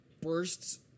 bursts